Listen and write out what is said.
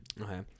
Okay